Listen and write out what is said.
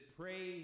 pray